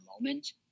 moment